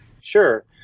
Sure